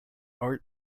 art